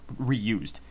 reused